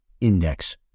index